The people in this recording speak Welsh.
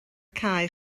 cae